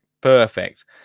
perfect